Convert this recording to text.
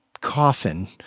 coffin